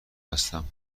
هستم